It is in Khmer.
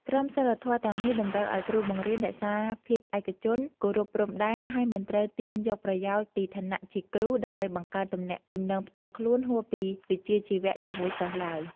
ក្រមសីលធម៌ទាំងនេះតម្រូវឱ្យគ្រូបង្រៀនរក្សាភាពឯកជន គោរពព្រំដែន ហើយមិនត្រូវទាញយកប្រយោជន៍ពីឋានៈជាគ្រូ ដើម្បីបង្កើតទំនាក់ទំនងផ្ទាល់ខ្លួនហួសពីវិជ្ជាជីវៈជាមួយសិស្សឡើយ។